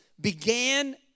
began